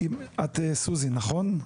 טוב, אז את סוזי נכון?